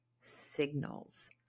signals